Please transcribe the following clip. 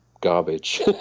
garbage